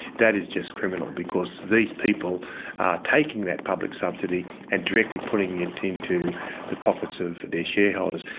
that is just criminal because these people are taking that public subsidy and directly putting it into the pockets of their shareholders.